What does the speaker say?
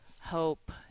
hope